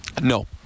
No